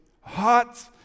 hot